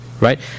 right